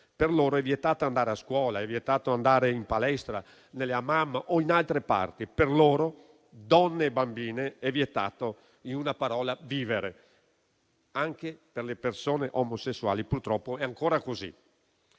per loro è vietato andare a scuola, in palestra, negli *hammam* o in altre parti. Per loro, donne e bambine, è vietato - in una parola - vivere; anche per le persone omosessuali purtroppo è ancora così.